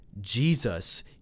Jesus